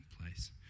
place